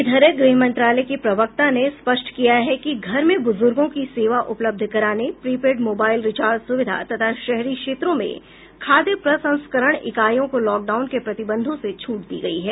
इधर गृह मंत्रालय की प्रवक्ता ने स्पष्ट किया है कि घर में ब्रजुर्गों की सेवा उपलब्ध कराने प्रीपेड मोबाइल रिचार्ज सुविधा तथा शहरी क्षेत्रों में खाद्य प्रसंस्करण इकाइयों को लॉकडाउन के प्रतिबंधों से छूट दी गई है